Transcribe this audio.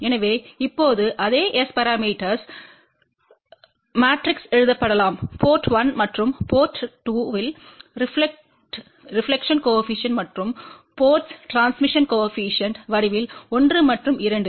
எனவே இப்போது அதே S பரமீட்டர்ஸ் மாட்ரிக்ஸ் எழுதப்படலாம் போர்ட் 1 மற்றும் போர்ட் 2 இல் ரெப்லக்டெட்ப்பு கோஏபிசிஎன்ட் மற்றும் போர்ட்ல் டிரான்ஸ்மிஷன் கோஏபிசிஎன்ட் வடிவில் 1 மற்றும் 2